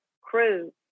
crew